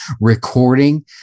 recording